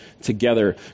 together